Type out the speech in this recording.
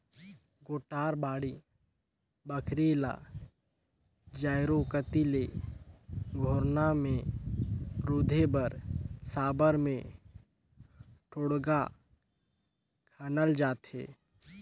कोठार, बाड़ी बखरी ल चाएरो कती ले घोरना मे रूधे बर साबर मे ढोड़गा खनल जाथे